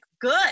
good